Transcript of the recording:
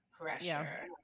pressure